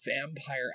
vampire